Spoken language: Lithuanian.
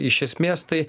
iš esmės tai